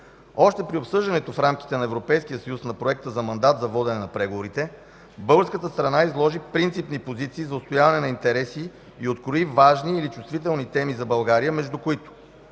Още при обсъждането в рамките на Европейския съюз на проекта за мандат за водене на преговорите българската страна изложи принципни позиции за отстояване на интереси и открои важни или чувствителни теми за България, между които: